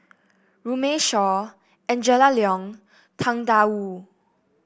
Runme Shaw Angela Liong Tang Da Wu